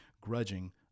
grudging